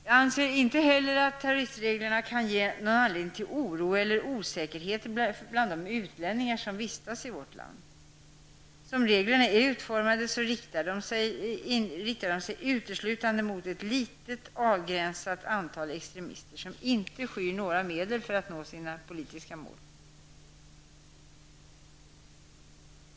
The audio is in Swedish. Jag anser inte heller att terroristreglerna kan ge anledning till oro eller osäkerhet bland de utlänningar som vistas i vårt land. Som reglerna är utformade riktar de sig uteslutande emot ett litet avgränsat antal extremister som inte skyr några medel för att nå sina politiska mål.